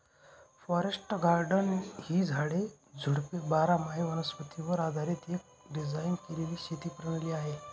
forest garden ही झाडे, झुडपे बारामाही वनस्पतीवर आधारीत एक डिझाइन केलेली शेती प्रणाली आहे